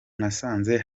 nasanze